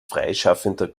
freischaffender